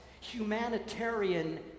humanitarian